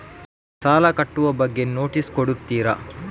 ಸಾಲ ಕಟ್ಟುವ ಬಗ್ಗೆ ನೋಟಿಸ್ ಕೊಡುತ್ತೀರ?